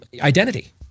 identity